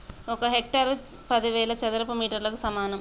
ఒక హెక్టారు పదివేల చదరపు మీటర్లకు సమానం